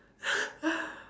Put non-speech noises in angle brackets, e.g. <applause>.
<laughs>